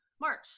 March